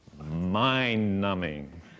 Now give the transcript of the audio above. mind-numbing